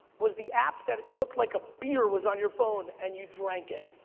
was the app that looked like a beer was on your phone and you drank it.